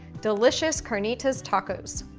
delicious carnitas tacos.